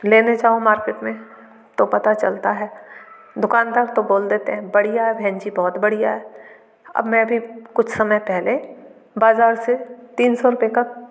लेने जाऊँ मार्केट में तो पता चलता है दुकानदार तो बोल देते हैं बढ़िया है बहन जी बहुत बढ़िया है अब मैं भी कुछ समय पहले बाज़ार से तीन सौ रुपये का